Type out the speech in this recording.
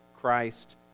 Christ